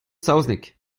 saozneg